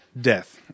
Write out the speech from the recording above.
death